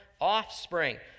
offspring